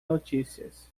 notícias